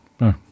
no